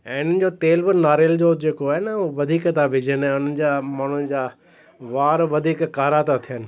ऐं उन्हनि जो तेल बि नारियल जो जेको आहे न उहो वधीक था विझनि उन्हनि जा माण्हुनि जा वार वधीक कारा था थियनि